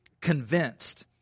convinced